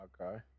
Okay